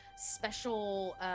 special